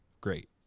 great